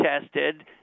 tested